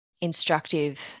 instructive